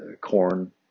corn